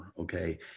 Okay